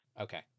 Okay